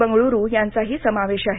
बंगळ्रु यांचाही समावेश आहे